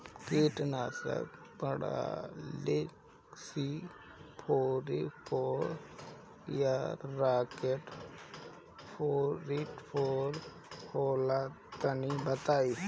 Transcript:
कीटनाशक Polytrin C forty four या Rocket forty four होला तनि बताई?